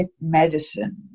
medicine